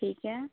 ٹھیک ہے